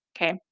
okay